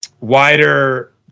wider